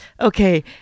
Okay